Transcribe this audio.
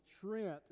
Trent